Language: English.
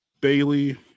Bailey